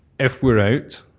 if we're out,